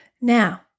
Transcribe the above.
Now